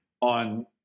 on